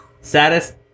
Saddest